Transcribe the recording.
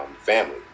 family